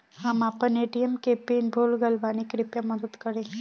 हम आपन ए.टी.एम के पीन भूल गइल बानी कृपया मदद करी